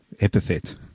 Epithet